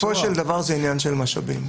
בסופו של דבר, זה עניין של משאבים.